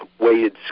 weighted